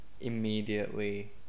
immediately